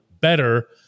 Better